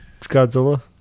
Godzilla